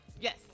Yes